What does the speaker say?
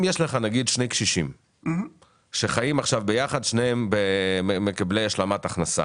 אם יש לך נגיד שני קשישים שחיים עכשיו יחד ושניהם מקבלים השלמות הכנסה